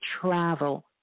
travel